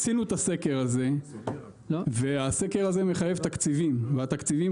עשינו את הסקר הזה והסקר הזה מחייב תקציבים והתקציבים